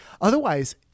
Otherwise